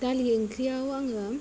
दालि ओंख्रियाव आङो